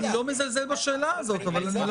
אני לא מזלזל בשאלה הזאת אבל אני לא